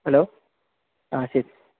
hello ആ ശരി